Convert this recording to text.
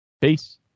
Peace